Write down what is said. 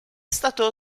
stato